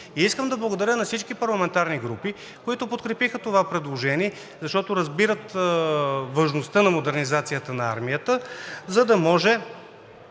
Искам да благодаря на всички парламентарни групи, които подкрепиха това предложение, защото разбират важността на модернизацията на армията, за да може